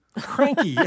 Cranky